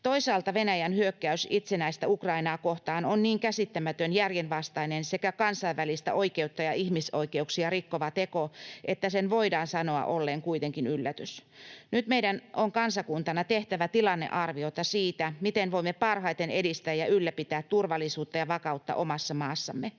Toisaalta Venäjän hyökkäys itsenäistä Ukrainaa kohtaan on niin käsittämätön, järjenvastainen sekä kansainvälistä oikeutta ja ihmisoikeuksia rikkova teko, että sen voidaan sanoa olleen kuitenkin yllätys. Nyt meidän on kansakuntana tehtävä tilannearviota siitä, miten voimme parhaiten edistää ja ylläpitää turvallisuutta ja vakautta omassa maassamme.